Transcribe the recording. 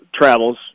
travels